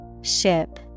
Ship